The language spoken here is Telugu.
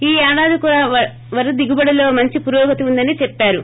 ఈ ఏడాది కూడా వరి దిగుబడిలో మంచి పురోగతి ఉందని చెప్పారు